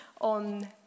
on